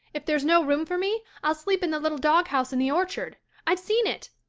if there's no room for me i'll sleep in the little doghouse in the orchard i've seen it.